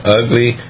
ugly